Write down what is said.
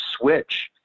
switch